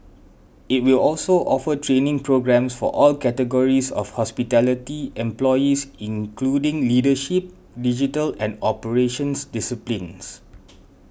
it will also offer training programmes for all categories of hospitality employees including leadership digital and operations disciplines